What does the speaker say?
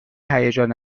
هیجان